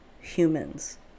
humans